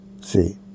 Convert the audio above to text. See